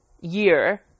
year